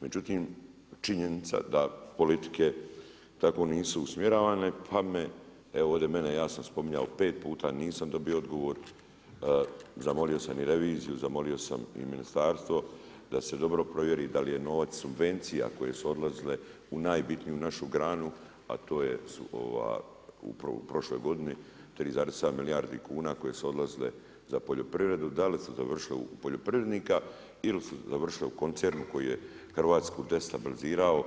Međutim, činjenica da politike tako nisu usmjeravane pa mene evo ja sam ovdje spominjao pet puta nisam dobio odgovor, zamolio sam i reviziju, zamolio sam i ministarstvo da se dobro provjeri da li je novac subvencija koje su odlazile u najbitniju našu granu, a to je upravo u prošloj godini 3,7 milijardi kuna koje su odlazile za poljoprivredu, da li su završile u poljoprivrednika ili su završile u koncernu koji je Hrvatsku destabilizirao,